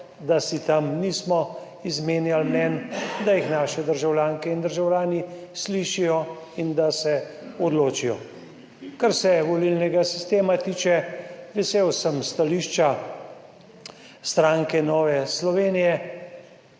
da si tam nismo izmenjali mnenj, da jih naše državljanke in državljani slišijo in da se odločijo. Kar se volilnega sistema tiče, vesel sem stališča stranke Nove Slovenije,